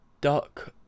duck